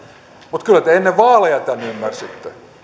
mutta kyllä te ennen vaaleja tämän ymmärsitte